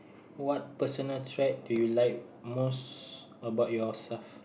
what personal trait do you like most about yourself